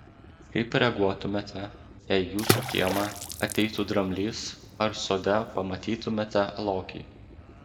kaip reaguotumėte jei į jūsų kiemą ateitų dramblys ar sode pamatytumėte lokį